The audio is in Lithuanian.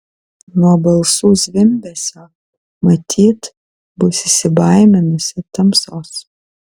nuo balsų zvimbesio matyt bus įsibaiminusi tamsos